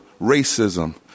racism